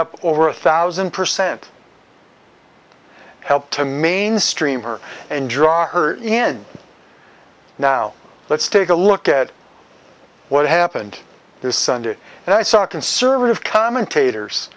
up over a thousand percent helped to mainstream her and draw her in now let's take a look at what happened this sunday and i saw conservative commentators